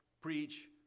preach